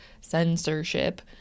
censorship